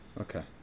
Okay